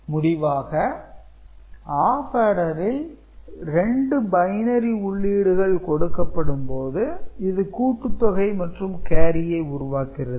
முடிவாக ஆப் ஆர்டரில் 2 பைனரி உள்ளீடுகள் கொடுக்கப்படும் போது இது கூட்டுத் தொகை மற்றும் கேரியை உருவாக்குகிறது